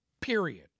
period